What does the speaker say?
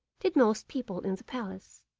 did most people in the palace.